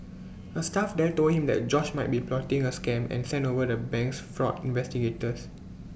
A staff there told him that George might be plotting A scam and sent over the bank's fraud investigators